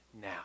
now